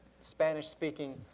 Spanish-speaking